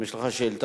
אם יש לך שאילתא.